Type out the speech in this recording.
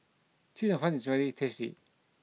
Chee Cheong Fun is very tasty